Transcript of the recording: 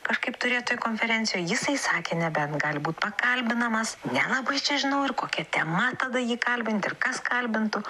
kažkaip turėt toj konferencijoj jisai sakė nebent gali būt pakalbinamas nelabai čia žinau ir kokia tema tada jį kalbint ir kas kalbintų